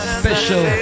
special